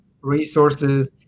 resources